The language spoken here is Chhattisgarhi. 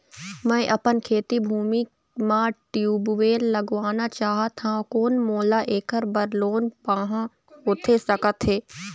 मैं अपन खेती भूमि म ट्यूबवेल लगवाना चाहत हाव, कोन मोला ऐकर बर लोन पाहां होथे सकत हे?